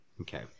Okay